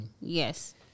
Yes